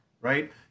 Right